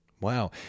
Wow